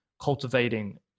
cultivating